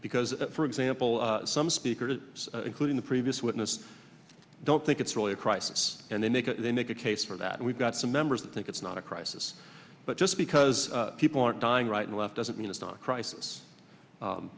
because for example some speakers including the previous witness i don't think it's really a crisis and then they can they make a case for that and we've got some members of think it's not a crisis but just because people aren't dying right and left doesn't mean it's not a crisis